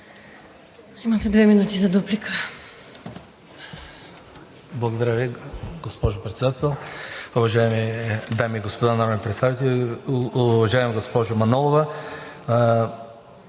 имате две минути за дуплика.